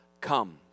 comes